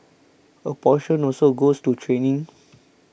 a portion also goes to training